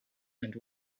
and